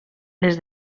les